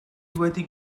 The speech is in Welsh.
wedi